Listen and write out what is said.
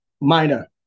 minor